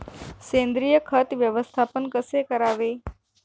सेंद्रिय खत व्यवस्थापन कसे करावे?